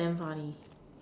damn funny